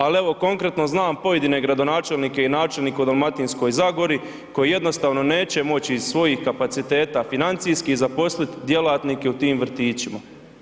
Ali evo konkretno znam pojedine gradonačelnike i načelnike u Dalmatinskoj zagori koji jednostavno neće moći iz svojih kapaciteta financijskih zaposliti djelatnike u tim vrtićima.